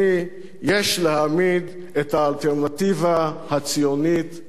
להעמיד את האלטרנטיבה הציונית השפויה.